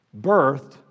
birthed